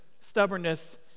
stubbornness